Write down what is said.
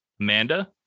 Amanda